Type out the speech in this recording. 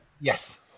Yes